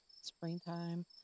Springtime